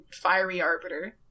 FieryArbiter